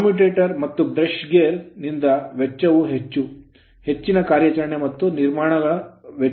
ಅನಾನುಕೂಲಗಳು commutator commutator ಮತ್ತು brush gear brush gear ನಿಂದಾಗಿ ವೆಚ್ಚ ವು ಹೆಚ್ಚು ಹೆಚ್ಚಿನ ಕಾರ್ಯಾಚರಣೆ ಮತ್ತು ನಿರ್ವಹಣಾ ವೆಚ್ಚಗಳು